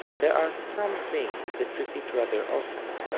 there are some things that repeat rather often.